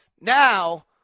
Now